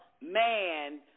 man